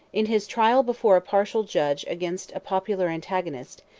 in his trial before a partial judge against a popular antagonist,